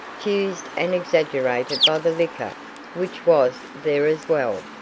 fused and exaggerated by the liquor which was there as well.